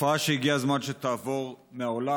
תופעה שהגיע הזמן שתעבור מן העולם.